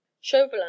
Chauvelin